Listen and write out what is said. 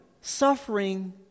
suffering